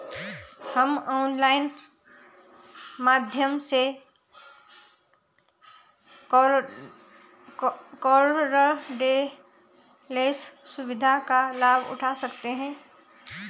हम ऑनलाइन माध्यम से कॉर्डलेस सुविधा का लाभ उठा सकते हैं